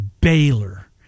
Baylor